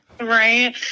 right